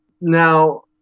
Now